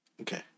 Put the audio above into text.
Okay